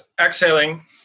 exhaling